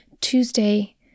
Tuesday